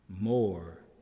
more